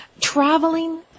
Traveling